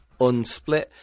unsplit